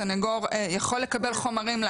הסנגור יכול לקבל חומרים.